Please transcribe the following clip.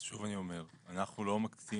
שוב אני אומר, אנחנו לא מקצים